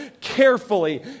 carefully